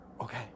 okay